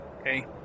okay